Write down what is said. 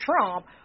Trump